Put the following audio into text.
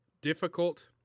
difficult